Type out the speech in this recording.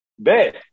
Bet